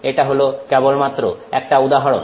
এটা হল কেবলমাত্র একটা উদাহরণ